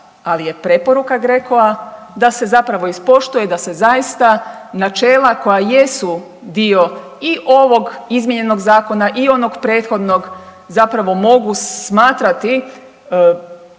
ali je preporuka GRECO-a da se zapravo ispoštuje i da se zaista načela koja jesu dio i ovog izmijenjenog zakona i onog prethodnog zapravo mogu smatrati